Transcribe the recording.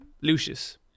Lucius